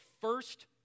first